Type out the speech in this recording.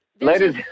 ladies